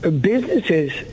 businesses